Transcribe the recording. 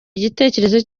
igitekerezo